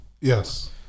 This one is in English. Yes